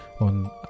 on